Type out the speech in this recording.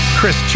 Chris